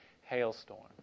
hailstorm